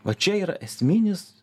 va čia yra esminis